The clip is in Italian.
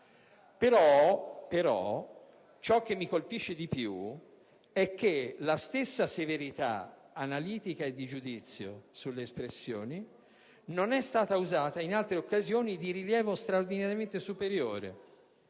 che però mi colpisce ancora di più è che la stessa severità analitica e di giudizio sulle espressioni non è stata usata in altre occasioni di rilievo straordinariamente superiore.